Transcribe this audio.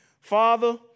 Father